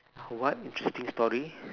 what interesting story